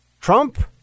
Trump